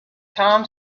tom